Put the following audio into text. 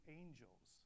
angels